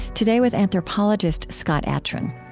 today with anthropologist scott atran.